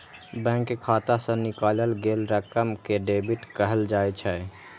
bank खाता सं निकालल गेल रकम कें डेबिट कहल जाइ छै